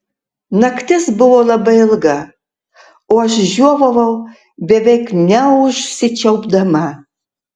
naktis buvo labai ilga o aš žiovavau beveik neužsičiaupdama